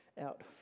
out